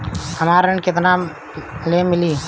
हमरा ऋण केतना ले मिली?